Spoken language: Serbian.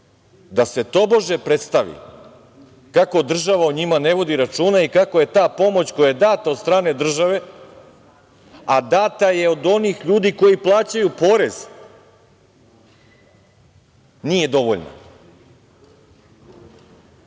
da se tobože predstavi kako država o njima ne vodi računa i kako je ta pomoć koja je data od strane države, a data je od onih ljudi koji plaćaju porez, nije dovoljna. Ljudi,